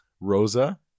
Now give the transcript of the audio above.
Rosa